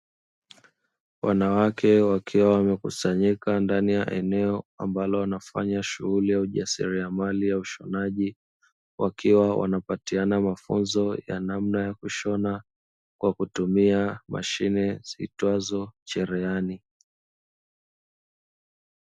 Wanawake wakiwa wamekusanyika ndani ya eneo, ambalo wanafanya shughuli ya ujasiriamali ya ushonaji, wakiwa wanapatiana mafunzo ya namna ya kushona kwa kutumia mashine zitwazo cherehani.